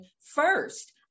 First